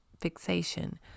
fixation